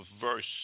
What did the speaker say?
verse